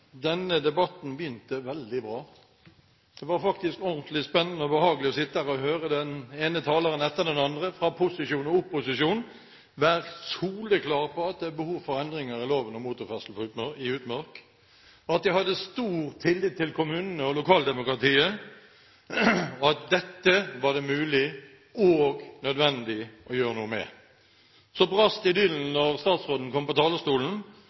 Denne debatten begynte veldig bra. Det var faktisk ordentlig spennende og behagelig å sitte her og høre den ene taleren etter den andre fra posisjon og fra opposisjon være soleklar på at det er behov for endringer i loven om motorferdsel i utmark, at de har stor tillit til kommunene og lokaldemokratiet, og at dette er det mulig og nødvendig å gjøre noe med. Så brast idyllen da statsråden kom på talerstolen